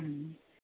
മ്മ്